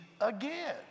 again